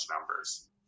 numbers